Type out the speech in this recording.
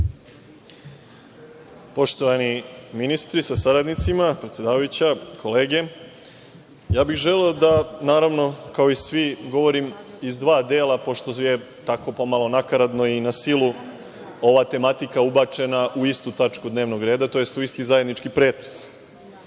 Poštovani ministri sa saradnicima, poštovana predsedavajuća, kolege, želeo bih da, naravno, kao i svi govorim iz dva dela, pošto je tako pomalo nakaradno i na silu ova tematika ubačena u istu tačku dnevnog reda, tj. u isti zajednički pretres. Pre